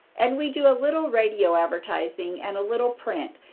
and we do a little radio advertising and a little print.